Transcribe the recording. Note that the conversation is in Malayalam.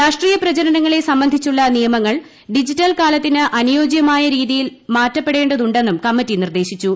രാഷ്ട്രീയ പ്രചരണങ്ങളെ സംബന്ധിച്ചുള്ള നിയമങ്ങൾ ഡിജിറ്റൽ കാലത്തിന് അനുയോജ്യമായ രീതിയിൽ മാറ്റപ്പെടേണ്ടതുണ്ടെന്നും കമ്മറ്റി നിർദ്ദേശിച്ചു